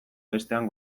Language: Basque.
bestean